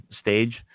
stage